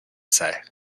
say